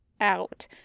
out